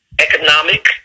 economic